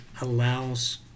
allows